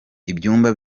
ibyumba